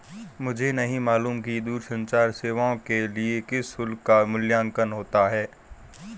मुझे नहीं मालूम कि दूरसंचार सेवाओं के लिए किस शुल्क का मूल्यांकन होता है?